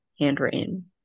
handwritten